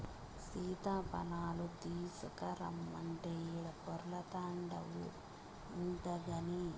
సీతాఫలాలు తీసకరమ్మంటే ఈడ పొర్లాడతాన్డావు ఇంతగని